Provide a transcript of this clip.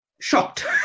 shocked